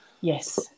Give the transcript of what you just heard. Yes